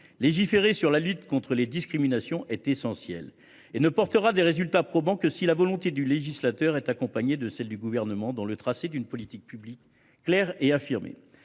Légiférer sur la lutte contre les discriminations est essentiel, mais ne portera des résultats probants que si la volonté du législateur est accompagnée de celle du Gouvernement pour tracer une politique publique claire et affirmée.